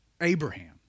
Abraham